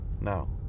now